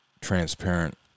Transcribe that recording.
transparent